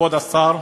כבוד השר,